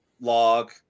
log